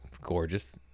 gorgeous